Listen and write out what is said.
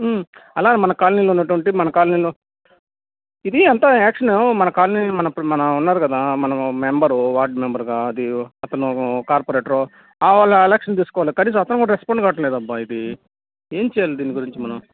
అలా మన కాలనీలో ఉన్నటువంటి మన కాలనీలో ఇది అంతా యాక్షనూ మన కాలనీ మన మన ఉన్నారు కదా మన మెంబరూ వార్డ్ మెంబరుగా అది అతనూ కార్పొరేటరో ఆ వాళ్ళు యాక్షను తీసుకోవాలి కనీసం అతను కూడా రెస్పాండ్ కావట్లేదబ్బా ఇది ఏం చేయాలి దీని గురించి మనం